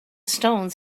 stones